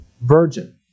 virgin